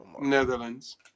Netherlands